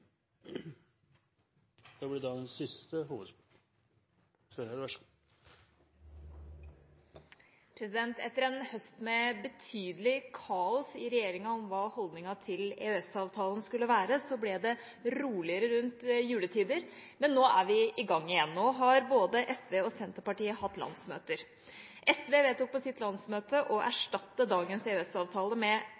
Etter en høst med betydelig kaos i regjeringa med hensyn til hva holdningen til EØS-avtalen skulle være, ble det roligere rundt juletider, men nå er vi i gang igjen. Nå har både SV og Senterpartiet hatt landsmøter. SV vedtok på sitt landsmøte å